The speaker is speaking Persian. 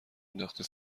نداختی